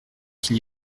qu’il